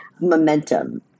momentum